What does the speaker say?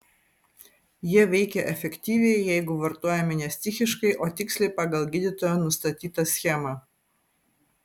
jie veikia efektyviai jeigu vartojami ne stichiškai o tiksliai pagal gydytojo nustatytą schemą